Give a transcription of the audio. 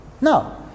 No